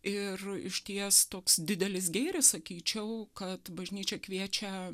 ir išties toks didelis gėris sakyčiau kad bažnyčia kviečia